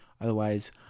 Otherwise